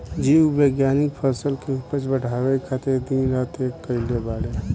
जीव विज्ञानिक फसल के उपज बढ़ावे खातिर दिन रात एक कईले बाड़े